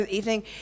Evening